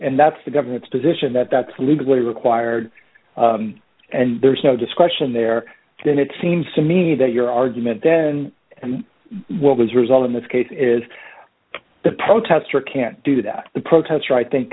and that's the government's position that that's legally required and there's no discretion there then it seems to me that your argument then and what does result in this case is the protester can't do that the protest right thin